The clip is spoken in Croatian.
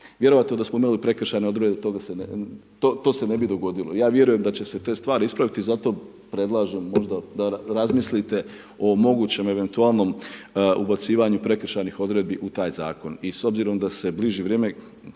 Vjerojatno da smo imali prekršajne odredbe to se ne bi dogodilo. Ja vjerujem da će se te stvari ispraviti i zato predlažem možda da razmislite o mogućem eventualnom ubacivanju prekršajnih odredbi u taj zakon.